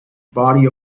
body